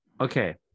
okay